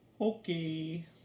Okay